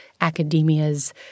academia's